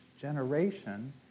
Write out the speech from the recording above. generation